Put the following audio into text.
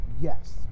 Yes